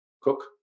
cook